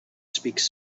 speaks